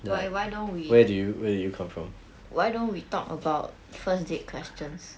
why why don't we why don't we talk about first date questions